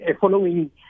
following